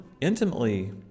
intimately